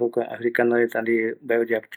kua jaereta jokova